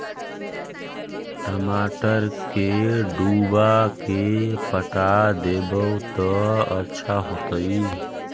टमाटर के डुबा के पटा देबै त अच्छा होतई?